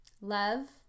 love